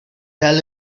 tell